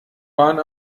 waren